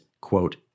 quote